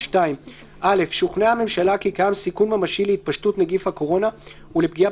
2. "(א) שוכנעה הממשלה כי קיים סיכון ממשי להתפשטות נגיף הקורונה ולפגיעה